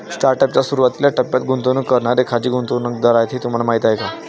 Startup च्या सुरुवातीच्या टप्प्यात गुंतवणूक करणारे खाजगी गुंतवणूकदार आहेत हे तुम्हाला माहीत आहे का?